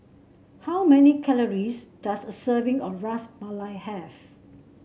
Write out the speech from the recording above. how many calories does a serving of Ras Malai have